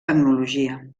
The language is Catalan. tecnologia